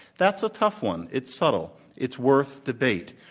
that's a tough one. it's subtle. it's worth debate.